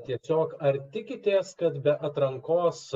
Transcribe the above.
tiesiog ar tikitės kad be atrankos